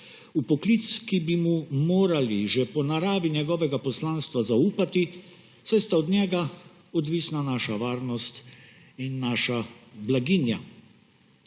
v poklic, ki bi mu morali že po naravi njegovega poslanstva zaupati, saj sta od njega odvisna naša varnost in naša blaginja?